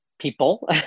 people